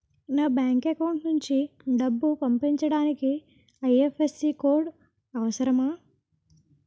నా bank account నుంచి డబ్బు పంపించడానికి ఐ.ఎఫ్.ఎస్.సి కోడ్ అవసరమా?